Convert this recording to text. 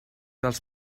dels